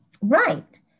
Right